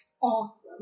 Awesome